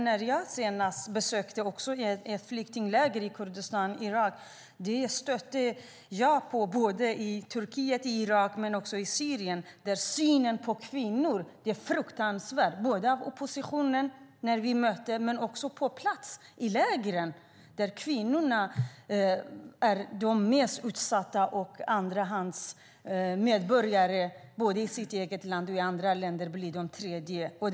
När jag senast besökte ett flyktingläger i Kurdistan märkte jag både i Turkiet och i Irak, men också i Syrien, att synen på kvinnor är fruktansvärd såväl hos oppositionen som i lägren. Kvinnorna är de mest utsatta och ses som andra klassens medborgare i sitt eget land och som tredje klassens i andra länder.